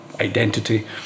identity